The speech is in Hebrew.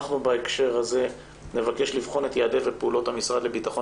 אנחנו בהקשר הזה נבקש לבחון את יעדי ופעולות המשרד לביטחון